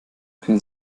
können